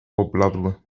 pobladły